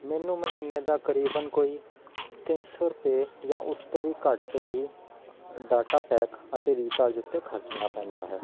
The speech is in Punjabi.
ਮੈਨੂੰ ਮਹੀਨੇ ਦਾ ਤਕਰੀਬਨ ਕੋਈ ਤਿੰਨ ਸੌ ਰੁਪਏ ਜਾਂ ਉਸ ਤੋਂ ਵੀ ਘੱਟ ਹੀ ਡਾਟਾ ਪੈਕ ਅਤੇ ਰੀਚਾਰਜ ਉੱਤੇ ਖਰਚਣਾ ਪੈਂਦਾ ਹੈ